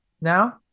now